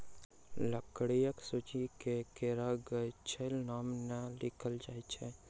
लकड़ीक सूची मे केरा गाछक नाम नै लिखल जाइत अछि